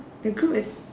the group is